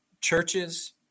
churches